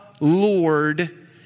Lord